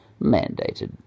mandated